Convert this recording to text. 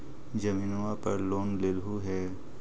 जमीनवा पर लोन लेलहु हे?